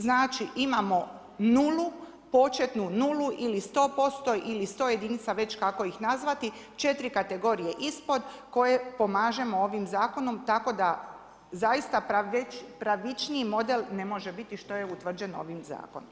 Znači, imao 0, početnu ili 100% ili 100 jedinica, već kako ih nazvati, 4 kategorije ispod, koje pomažemo ovim zakonom, tako da zaista pravičniji model ne može biti, što je utvrđeno ovim zakonom.